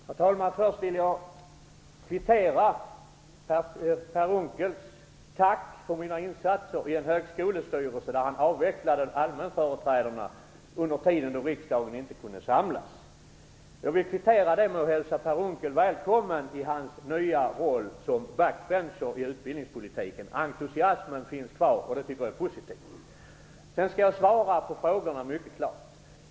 Herr talman! Per Unckel har tackat mig för mina insatser i en högskolestyrelse där han avvecklade allmänföreträdarna under en tid när riksdagen inte kunde samlas. Jag vill nu först kvittera detta med att hälsa Per Unckel välkommen i sin nya roll som backbencher i utbildningspolitiken. Entusiasmen finns kvar, och det tycker jag är positivt. Jag skall sedan mycket klart svara på hans frågor.